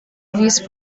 vice